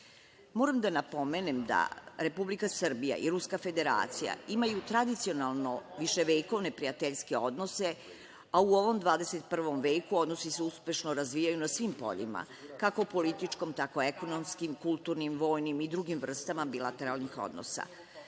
da napomenem da Republika Srbija i Ruska Federacija imaju tradicionalno viševekovne prijateljske odnose, a u ovom 21. veku odnosi se uspešno razvijaju na svim poljima, kako političkim, tako ekonomskim, kulturnim, vojnim i drugim vrstama bilateralnih odnosa.